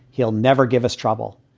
he'll never give us trouble.